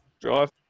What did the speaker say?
drive